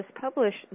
published